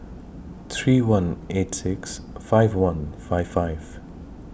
three one eight six five one five five